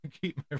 keep